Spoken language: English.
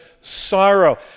sorrow